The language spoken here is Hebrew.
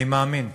אני מאמין.